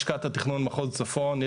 לשכת התכנון מחוז צפון,